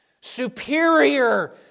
Superior